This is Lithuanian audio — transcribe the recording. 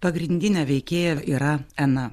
pagrindinė veikėja yra ena